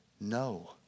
no